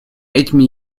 этими